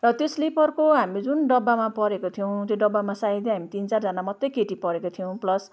र त्यो स्लिपरको हामी जुन डब्बामा परेको थियौँ त्यो डब्बामा सायदै हामी तिन चारजना मात्रै केटी परेको थियौँ प्लस